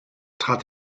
trat